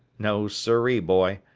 no siree, boy,